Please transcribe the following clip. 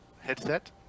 headset